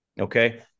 Okay